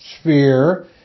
sphere